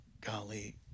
golly